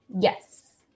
Yes